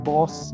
Boss